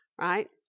right